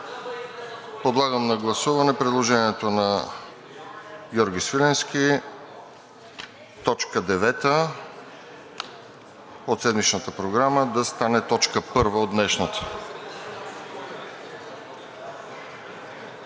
Подлагам на гласуване предложението на Георги Свиленски точка девета от седмичната Програма да стане точка първа за днешното